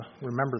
remember